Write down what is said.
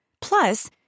Plus